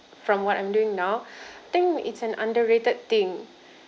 from what I'm doing now I think it's an underrated thing